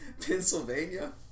Pennsylvania